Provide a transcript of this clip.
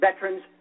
veterans